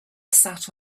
sat